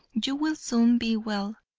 you will soon be well.